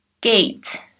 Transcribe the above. gate